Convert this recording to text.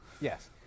Yes